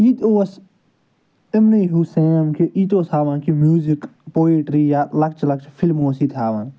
یہِ تہِ اوس یِمنٕے ہیوٚو سیم کہِ یہِ تہِ اوس ہاوان کہِ میوٗزِک پایِٹری یا لۄکچہٕ لۄکچہٕ فِلمہٕ اوس یہِ تہِ ہاوان